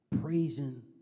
praising